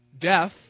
death